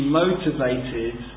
motivated